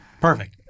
Perfect